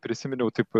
prisiminiau taip